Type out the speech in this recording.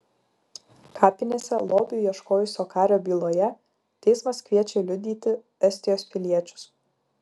kapinėse lobių ieškojusio kario byloje teismas kviečia liudyti estijos piliečius